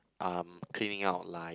um cleaning out like